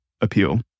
appeal